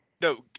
No